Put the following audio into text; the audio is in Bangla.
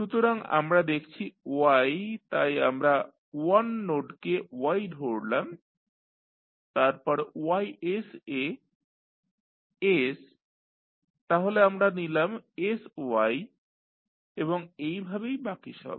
সুতরাং আমরা দেখছি y তাই আমরা 1 নোডকে Y ধরলাম তারপর Ys এ s তাহলে আমরা নিলাম sY এবং এইভাবেই বাকি সব